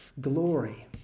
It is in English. glory